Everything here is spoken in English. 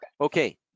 Okay